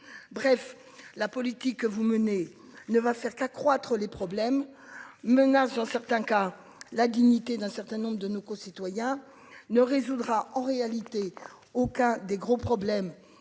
Bref, la politique que vous menez ne va faire qu'accroître les problèmes menace dans certains cas la dignité d'un certain nombre de nos concitoyens ne résoudra en réalité aucun des gros problèmes.